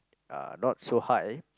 uh not so high